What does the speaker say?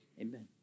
Amen